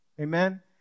amen